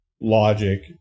logic